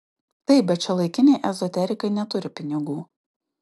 taip bet šiuolaikiniai ezoterikai neturi pinigų